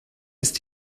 ist